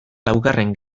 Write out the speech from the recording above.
laugarren